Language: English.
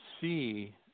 see